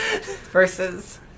versus